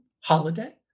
holiday